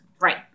Right